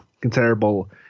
considerable